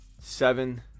seven